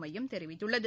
மையம் தெரிவித்துள்ளது